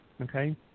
Okay